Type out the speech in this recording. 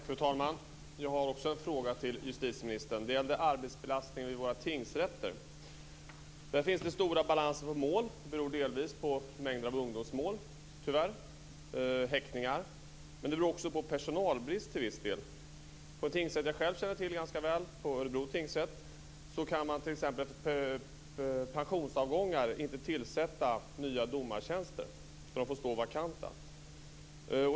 Fru talman! Också jag har en fråga till justitieministern. Det gäller arbetsbelastningen vid våra tingsrätter där det finns stora obalanser när det gäller antalet mål. Det beror - tyvärr - delvis på en stor mängd mål där ungdomar är inblandade, på häktningar och också till viss del på personalbrist. På den tingsrätt som jag själv känner till ganska väl - Örebro tingsrätt - kan man t.ex. efter pensionsavgångar inte tillsätta nya domartjänster så de får förbli vakanta.